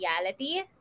reality